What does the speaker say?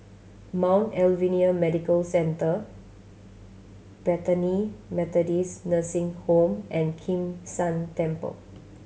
Mount Alvernia Medical Centre Bethany Methodist Nursing Home and Kim San Temple